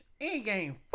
Endgame